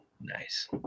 Nice